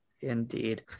Indeed